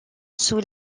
sous